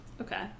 Okay